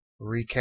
Recap